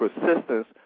persistence